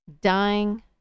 dying